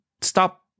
stop